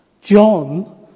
John